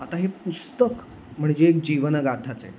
आता हे पुस्तक म्हणजे एक जीवनगाथाचं आहे